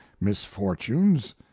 misfortunes